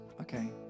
Okay